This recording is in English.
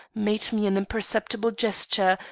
made me an imperceptible gesture,